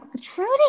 Trudy